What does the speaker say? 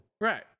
Right